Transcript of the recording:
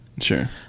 Sure